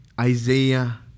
Isaiah